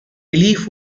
relief